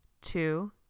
two